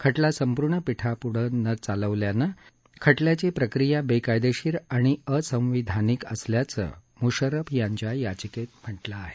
खटला संपुर्ण पीठापुढे न चालवल्यानं खटल्याची प्रकिया बेकायदेशीर आणि असंवैधानिक असल्याचं मुशर्रफ यांच्या याचिकेत म्हटलं आहे